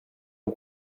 est